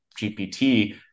GPT